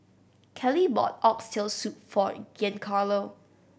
Kelley bought Oxtail Soup for Giancarlo